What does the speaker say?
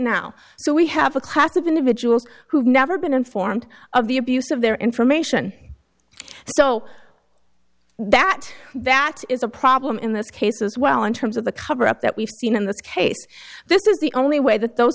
now so we have a class of individuals who've never been informed of the abuse of their information so that that is a problem in this case as well in terms of the cover up that we've seen in this case this is the only way that those